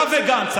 אתה וגנץ,